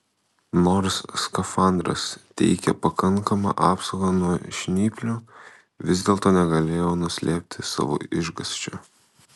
nors skafandras teikė pakankamą apsaugą nuo žnyplių vis dėlto negalėjau nuslėpti savo išgąsčio